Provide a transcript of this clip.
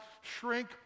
shrink